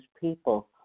people